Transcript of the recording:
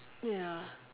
ya